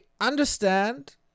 understand